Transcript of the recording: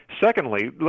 Secondly